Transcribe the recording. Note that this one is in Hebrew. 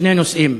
שני נושאים.